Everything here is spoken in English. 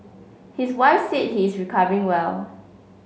his wife said he is recovering well